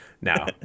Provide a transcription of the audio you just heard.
now